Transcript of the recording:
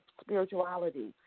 spirituality